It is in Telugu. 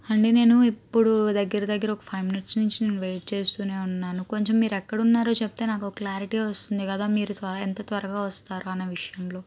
అండి నేను ఇప్పుడు దగ్గర దగ్గర ఒక ఫైవ్ మినిట్స్ నుంచి నేను వెయిట్ చేస్తూనే ఉన్నాను కొంచెం మీరు ఎక్కడున్నారో చెప్తే నాకు ఒక క్లారిటీ వస్తుంది కదా మీరు త్వర ఎంత త్వరగా వస్తారో అనే విషయంలో